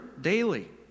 daily